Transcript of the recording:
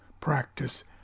practice